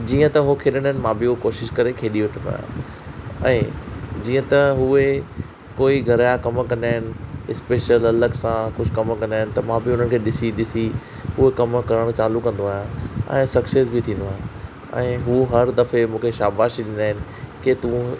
जीअं त उहो खेॾंदा आहिनि मां बि उहो कोशिशि करे खेॾी वठंदो आहियां ऐं जीअं त उहे कोई घर जा कमु कंदा आहिनि स्पेशल अलॻि सां कुझु कमु कंदा आहिनि त मां बि हुननि खे ॾिसी ॾिसी उहे कमु करणु चालू कंदो आहियां ऐं सक्सेस बि थींदो आहियां ऐं हू हर दफ़े मूंखे शाबाशी ॾींदा आहिनि की तूं